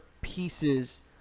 pieces